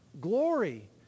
Glory